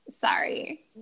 Sorry